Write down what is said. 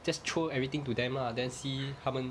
just throw everything to them lah then see 他们